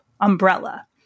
umbrella